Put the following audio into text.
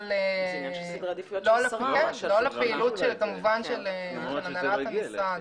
הפעילות של הנהלת המשרד.